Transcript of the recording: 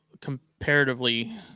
comparatively